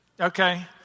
Okay